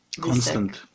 Constant